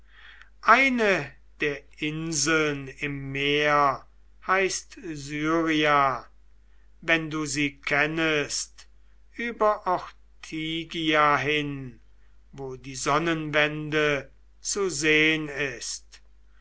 eine der inseln im meer heißt syria wenn du sie kennest über ortygia hin wo die sonnenwende zu sehn ist